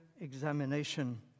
examination